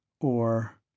Or—